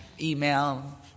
email